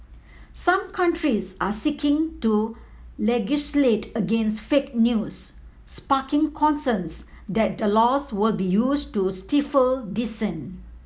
some countries are seeking to legislate against fake news sparking concerns that the laws will be used to stifle dissent